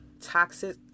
toxic